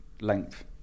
length